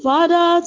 Father